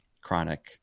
chronic